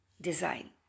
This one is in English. design